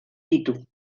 ditu